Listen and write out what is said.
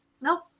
Nope